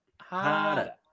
Harder